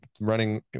running